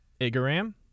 Igaram